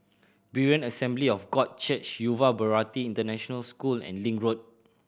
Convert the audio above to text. Berean Assembly of God Church Yuva Bharati International School and Link Road